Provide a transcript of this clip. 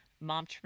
mom